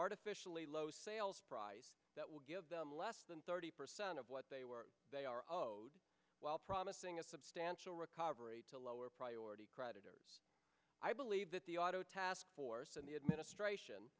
artificially low sales price that will give them less than thirty percent of what they were they are owed while promising a substantial recovery to lower priority i believe that the auto task force and the administration